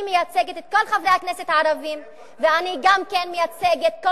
את עזמי בשארה את מייצגת?